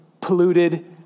polluted